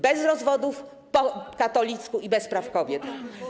Bez rozwodów, po katolicku, bez praw kobiet.